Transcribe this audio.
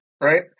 right